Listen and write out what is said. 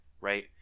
right